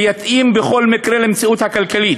יתאים בכל מקרה למציאות הכלכלית.